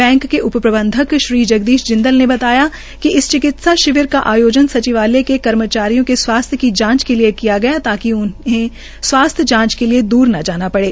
bank के उप प्रबन्धक श्री जगदीश जिंदल ने बताया कि इस चिकित्सा शिविर का आयोजन सचिवालय के कर्मचारियों के स्वास्थ्य की जांच के लिए किया गया है ताकि उन्हें स्वास्थ्य जांच के लिए दूर न जाना पड़े